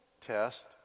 test